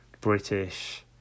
British